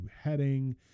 heading